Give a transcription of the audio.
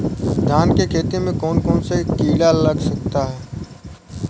धान के खेती में कौन कौन से किड़ा लग सकता?